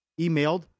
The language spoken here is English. emailed